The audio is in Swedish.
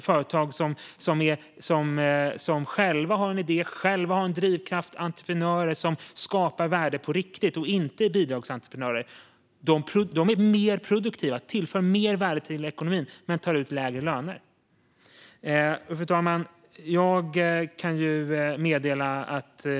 Företag som själva har en idé och själva har drivkraft, entreprenörer som skapar värde på riktigt och inte är bidragsentreprenörer, är alltså mer produktiva och tillför mer värde till ekonomin men tar ut lägre löner. Riksrevisionens rapport om sam-verkansprogram och strategiska innovationsprogram Fru talman!